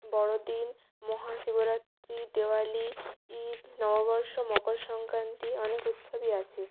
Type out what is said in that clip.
বড়দিন মহাশিবরাত্রি দেওয়ালি ঈদ নববর্ষ মকর সংক্রান্তি অনেক উৎসবই আছে